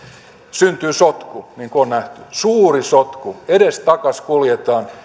syntyy sotku niin kuin on nähty suuri sotku edestakaisin kuljetaan